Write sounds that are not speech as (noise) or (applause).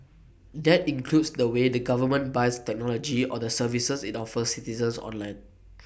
that includes the way the government buys technology or the services IT offers citizens online (noise)